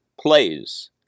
plays